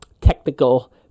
technical